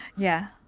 yeah.